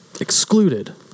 Excluded